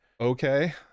Okay